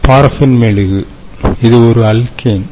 paraffin மெழுகு இது ஒரு அல்கேன்